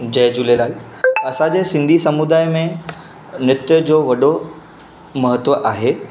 जय झूलेलाल असांजे सिंधी समुदाय में नृत्य जो वॾो महत्व आहे